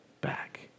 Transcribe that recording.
back